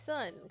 Sun